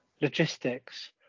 logistics